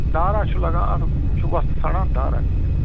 دارا چھُ لَگان اَتھ یہِ چھُ وۄستہٕ ژھانٛڈان دارا تیٖل